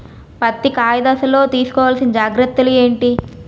పత్తి కాయ దశ లొ తీసుకోవల్సిన జాగ్రత్తలు ఏంటి?